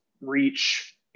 reach